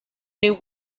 knew